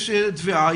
יש תביעה,